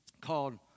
called